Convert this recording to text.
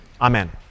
Amen